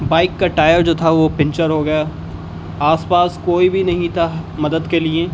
bike کا tyre جو تھا وہ پنکچر ہو گیا آس پاس کوئی بھی نہیں تھا مدد کے لیے